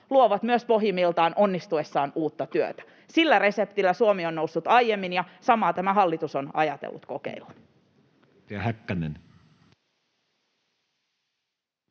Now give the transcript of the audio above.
luovat myös pohjimmiltaan onnistuessaan uutta työtä. Sillä reseptillä Suomi on noussut aiemmin, ja samaa tämä hallitus on ajatellut kokeilla.